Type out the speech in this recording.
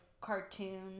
cartoon